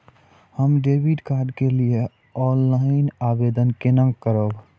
हम debit card के लिए ऑनलाइन आवेदन केना करब?